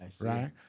right